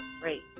Great